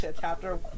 chapter